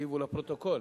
שהכתיבו לפרוטוקול.